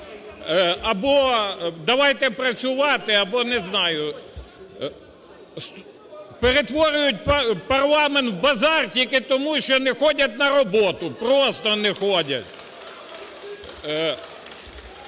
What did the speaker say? Або давайте працювати, або, не знаю, перетворюють парламент в базар тільки тому, що не ходять на роботу, просто не ходять.